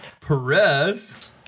Perez